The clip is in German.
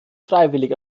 freiwillig